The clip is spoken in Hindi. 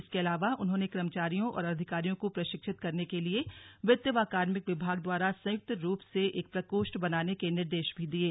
इसके अलावा उन्होंने कर्मचारियों और अधिकारियों को प्रशिक्षित करने के लिए वित्त व कार्मिक विभाग द्वारा संयुक्त रूप से एक प्रकोष्ठ बनाने के निर्देश भी दिये